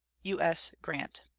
u s. grant.